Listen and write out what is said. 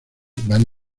van